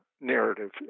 narrative